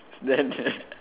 then